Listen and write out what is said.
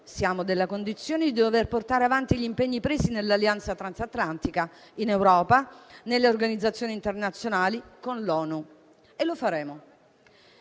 siamo nella condizione di dover portare avanti gli impegni presi nell'alleanza transatlantica, in Europa, nelle organizzazioni internazionali, con l'ONU. E noi lo faremo.